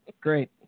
Great